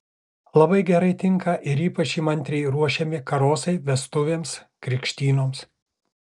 labai gerai tinka ir ypač įmantriai ruošiami karosai vestuvėms krikštynoms